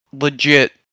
legit